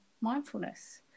mindfulness